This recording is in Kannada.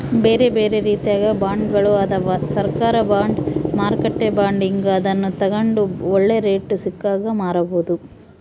ಬೇರೆಬೇರೆ ರೀತಿಗ ಬಾಂಡ್ಗಳು ಅದವ, ಸರ್ಕಾರ ಬಾಂಡ್, ಮಾರುಕಟ್ಟೆ ಬಾಂಡ್ ಹೀಂಗ, ಅದನ್ನು ತಗಂಡು ಒಳ್ಳೆ ರೇಟು ಸಿಕ್ಕಾಗ ಮಾರಬೋದು